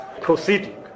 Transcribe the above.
proceeding